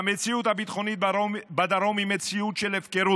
המציאות הביטחונית בדרום היא מציאות של הפקרות.